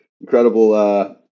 incredible